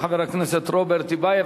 תודה לחבר הכנסת רוברט טיבייב.